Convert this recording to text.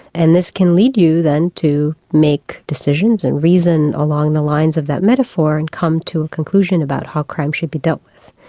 and this can lead you then to make decisions and reason along the lines of that metaphor and come to a conclusion about how crime should be dealt with.